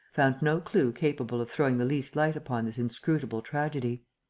found no clue capable of throwing the least light upon this inscrutable tragedy.